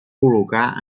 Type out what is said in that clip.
col·locar